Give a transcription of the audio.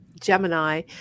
Gemini